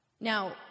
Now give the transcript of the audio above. Now